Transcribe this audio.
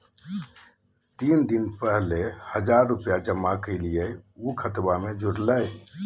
तीन दिन पहले हजार रूपा जमा कैलिये, ऊ खतबा में जुरले?